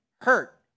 hurt